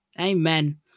Amen